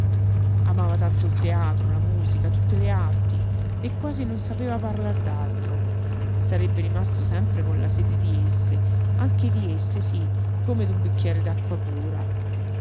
amava tanto il teatro la musica tutte le arti e quasi non sapeva parlar d'altro sarebbe rimasto sempre con la sete di esse anche di esse sí come d'un bicchier d'acqua pura